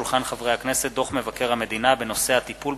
הצעת חוק חובת המכרזים (תיקון,